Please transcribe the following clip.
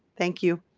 thank you.